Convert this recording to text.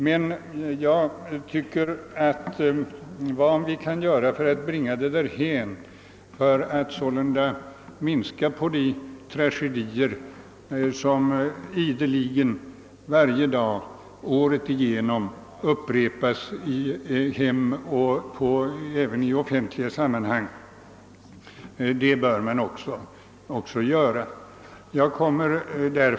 Men jag tycker att vad vi kan göra för att minska de tragedier som ideligen, varje dag året igenom, upprepas i hem och i offentliga sammanhang, det bör vi också göra.